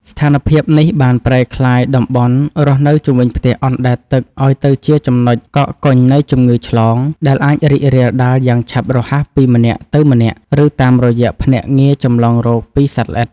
ស្ថានភាពនេះបានប្រែក្លាយតំបន់រស់នៅជុំវិញផ្ទះអណ្ដែតទឹកឱ្យទៅជាចំណុចកកកុញនៃជំងឺឆ្លង ដែលអាចរីករាលដាលយ៉ាងឆាប់រហ័សពីម្នាក់ទៅម្នាក់ ឬតាមរយៈភ្នាក់ងារចម្លងរោគពីសត្វល្អិត។